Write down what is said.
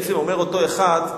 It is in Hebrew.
בעצם אומר אותו אחד,